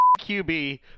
QB